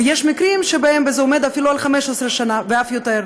ויש מקרים שבהם זה עומד אפילו על 15 שנה ואף יותר.